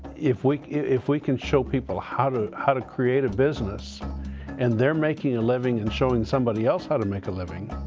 if we if we can show people how to how to create a business and they're making a living and showing somebody else how to make a living,